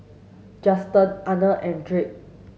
Justen Arne and Drake